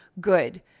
good